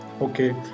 Okay